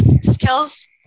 skills